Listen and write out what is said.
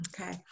Okay